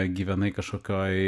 gyvenai kažkokioj